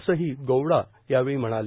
असंही गौडा यावेळी म्हणाले